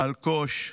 אלקוש,